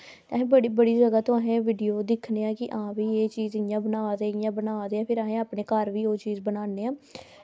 ते बड़ी जैदा अस वीडियो अस दिक्खने आं कि एह् चीज़ इंया बना दे एह् चीज़ इंया बना दे ते अस अपने घर बी एह् चीज़ बनान्ने